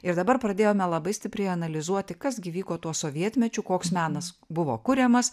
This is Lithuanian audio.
ir dabar pradėjome labai stipriai analizuoti kas gi vyko tuo sovietmečiu koks menas buvo kuriamas